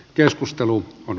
keskustelu on